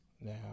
now